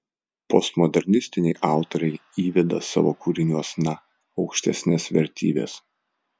postmodernistiniai autoriai įveda savo kūriniuosna aukštesnes vertybes